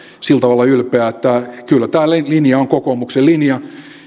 sillä tavalla ylpeä että kyllä tämä linja on kokoomuksen linja